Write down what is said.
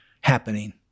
happening